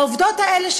העובדות האלה,